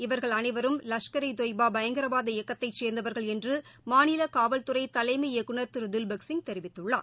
இவர்கள் அனைவரும் லஷ்கர் ஏ தொய்பா பயங்கரவாத இயக்கத்தை சேர்ந்தவர்கள் என்று மாநில காவல்துறை தலைமை இயக்குனர் திரு தில்பக் சிங் தெரிவித்துள்ளார்